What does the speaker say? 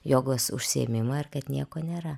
jogos užsiėmimą ir kad nieko nėra